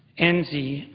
enzi,